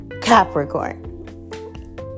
capricorn